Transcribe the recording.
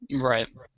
Right